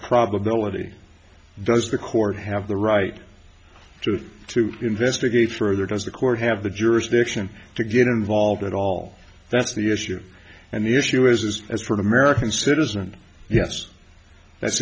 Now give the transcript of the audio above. probability does the court have the right to investigate further does the court have the jurisdiction to get involved at all that's the issue and the issue is as for an american citizen yes that's